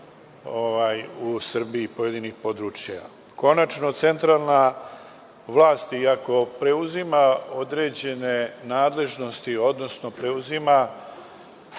u Srbiji, pojedinih područja. Konačno, centralna vlast iako preuzima određene nadležnosti, odnosno preuzima